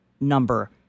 number